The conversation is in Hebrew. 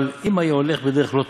אבל אם היה הולך בדרך לא טובה,